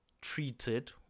treated